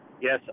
Yes